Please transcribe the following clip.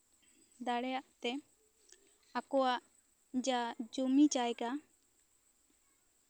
ᱫᱟᱲᱮᱭᱟᱜ ᱛᱮ ᱟᱠᱚᱣᱟᱜ ᱡᱟ ᱡᱚᱢᱤ ᱡᱟᱭᱜᱟ